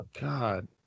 God